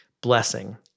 blessing